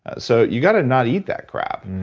so you gotta not eat that crap.